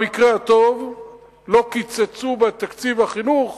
במקרה הטוב לא קיצצו בתקציב החינוך